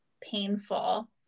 painful